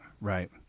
Right